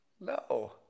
No